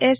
S